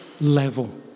level